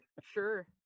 Sure